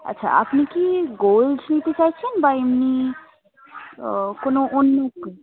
আচ্ছা আপনি কি গোল্ড নিতে চাইছেন বা এমনি কোনো অন্য